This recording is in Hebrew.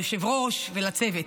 ליושב-ראש ולצוות.